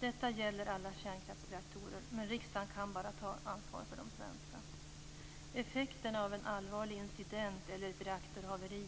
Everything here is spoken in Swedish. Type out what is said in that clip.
Detta gäller alla kärnkraftsreaktorer, men riksdagen kan ta ansvar bara för de svenska. Effekterna av en allvarlig incident eller ett reaktorhaveri